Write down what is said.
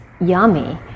yummy